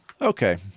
okay